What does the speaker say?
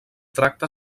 tracta